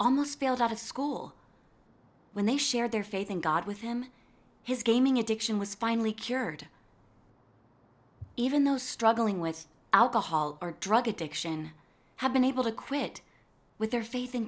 almost bailed out of school when they shared their faith in god with him his gaming addiction was finally cured even those struggling with alcohol or drug addiction have been able to quit with their faith in